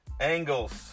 Angles